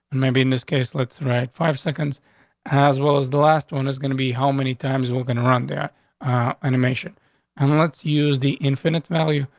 and maybe in this case, let's write five seconds as well as the last one is gonna be how many times we're going to run their animation and let's use the infinite value,